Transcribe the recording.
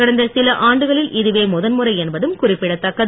கடந்த சில ஆண்டுகளில் இதுவே முதல்முறை என்பதும் குறிப்பிடத்தக்கது